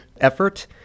effort